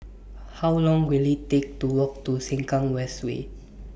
How Long Will IT Take to Walk to Sengkang West Way